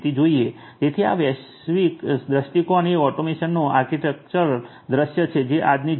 તેથી આ વૈશ્વિક દ્રષ્ટિકોણ એ ઓટોમેશનનો આર્કિટેક્ચરલ દૃશ્ય છે જે આજની જેમ છે